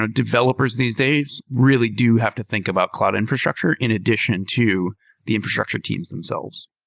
ah developers these days really do have to think about cloud infrastructure in addition to the infrastructure teams themselves.